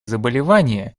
заболевания